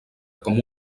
com